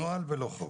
נוהל ולא חוק.